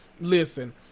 Listen